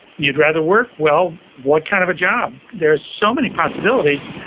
you'd rather work? well, what kind of a job? there's so many possibilities,